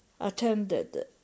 attended